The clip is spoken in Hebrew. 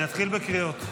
אני אתחיל בקריאות.